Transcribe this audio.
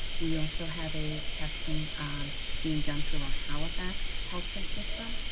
we also have a testing being done through our halifax health care system.